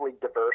diverse